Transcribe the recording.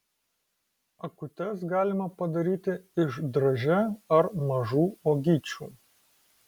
akutes galima padaryti iš dražė ar mažų uogyčių